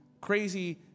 crazy